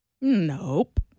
Nope